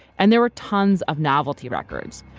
and there were tons of novelty records,